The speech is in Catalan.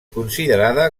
considerada